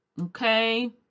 Okay